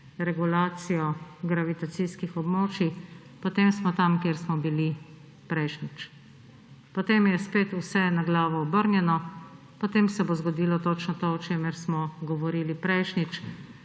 regulacijo gravitacijskih območij, potem smo tam, kjer smo bili prejšnjič. Potem je spet vse na glavo obrnjeno, potem se bo zgodilo točno to, o čemer smo govorili prejšnjič,